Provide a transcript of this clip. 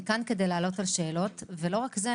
היא כאן כדי לענות על השאלות ולא רק זה,